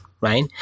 Right